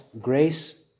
grace